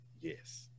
Yes